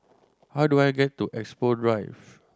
how do I get to Expo Drive